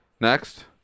next